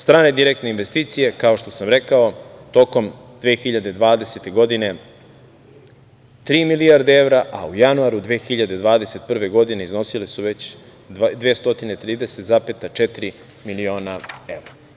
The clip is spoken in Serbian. Strane direktne investicije, kao što sam rekao, tokom 2020. godine tri milijarde evra, a u januaru 2021. godine iznosile su već 230,4 miliona evra.